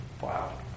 Wow